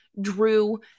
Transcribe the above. drew